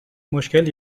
مشکل